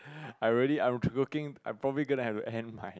I really I true looking I'm probably go to have to aim my